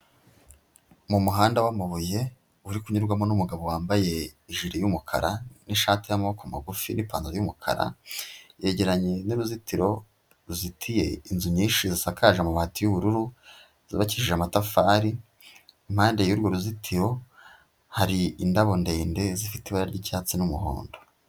Mu muhanda wamabuye, uri kunyurwamo n'umugabo wambaye ijire y'umukara n'ishati y'amaboko magufi n'ipantaro y'umukara, yegeranye n'uruzitiro ruzitiye inzu nyinshi zisakaje amabati y'ubururu, zubakishije amatafari, impande y'urwo ruzitiro, hari indabo ndende zifite ibara ry'icyatsi n'umuhondo.